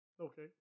Okay